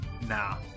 nah